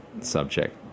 subject